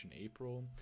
April